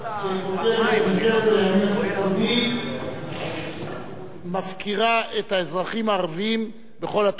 שכותרתה: ממשלת הימין הקיצוני מפקירה את האזרחים הערבים בכל התחומים.